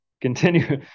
continue